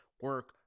Work